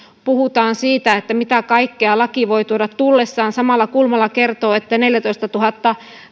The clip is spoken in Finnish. puhutaan siitä mitä kaikkea laki voi tuoda tullessaan samalla kulmala kertoo että neljätoistatuhatta